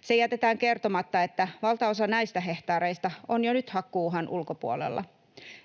Se jätetään kertomatta, että valtaosa näistä hehtaareista on jo nyt hakkuu-uhan ulkopuolella.